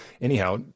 anyhow